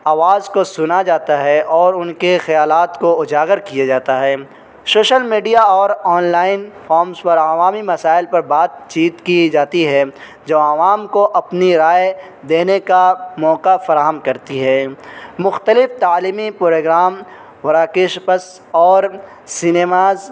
آواز کو سنا جاتا ہے اور ان کے خیالات کو اجاگر کیا جاتا ہے شوشل میڈیا اور آن لائن فارمس پر عوامی مسائل پر بات چیت کی جاتی ہے جو عوام کو اپنی رائے دینے کا موقع فراہم کرتی ہے مختلف تعلیمی پروگرام وراکیشپس اور سنیماز